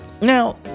Now